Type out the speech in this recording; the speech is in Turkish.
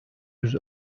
yüz